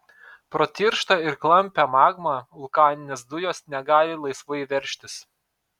pro tirštą ir klampią magmą vulkaninės dujos negali laisvai veržtis